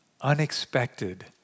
unexpected